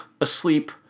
Asleep